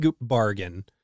bargain